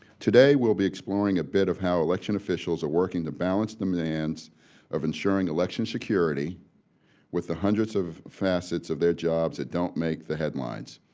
today, we'll be exploring a bit of how election officials are working to balance the demands of ensuring election security with the hundreds of facets of their jobs that don't make the headlines,